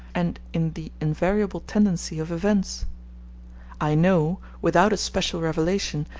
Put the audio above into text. and in the invariable tendency of events i know, without a special revelation,